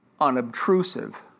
unobtrusive